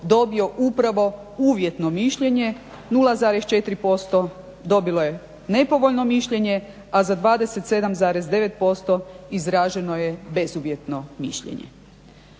dobio upravo uvjetno mišljenje, 0,4% dobilo je nepovoljno mišljenje a za 27,9% izraženo je bezuvjetno mišljeno.